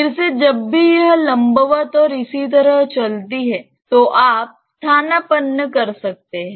फिर से जब भी यह लंबवत और इसी तरह चलती है तो आप स्थानापन्न कर सकते हैं